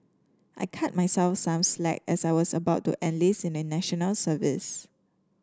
I cut myself some slack as I was about to enlist in a National Service